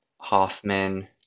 Hoffman